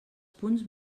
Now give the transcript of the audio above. punts